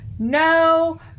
No